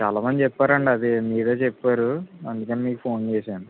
చాలా మంది చెప్పారండి అది మీరే చెప్పారు అందుకని మీకు ఫోన్ చేసాను